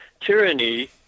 tyranny